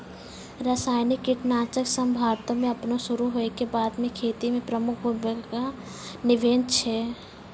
रसायनिक कीटनाशक सभ भारतो मे अपनो शुरू होय के बादे से खेती मे प्रमुख भूमिका निभैने छै